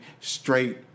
straight